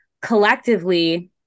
collectively